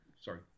Sorry